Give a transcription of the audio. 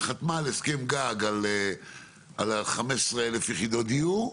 היא חתמה על הסכם גג על 15,000 יחידות דיור,